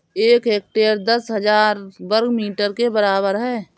एक हेक्टेयर दस हजार वर्ग मीटर के बराबर है